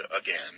again